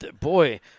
boy